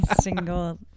single